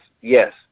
yes